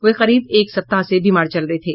वे करीब एक सप्ताह से बीमार चल रहे थे